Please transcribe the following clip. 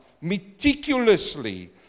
meticulously